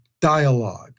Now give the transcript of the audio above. dialogue